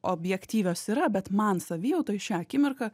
objektyvios yra bet man savijautoj šią akimirką